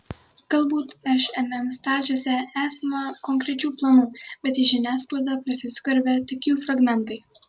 galbūt šmm stalčiuose esama konkrečių planų bet į žiniasklaidą prasiskverbia tik jų fragmentai